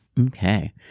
Okay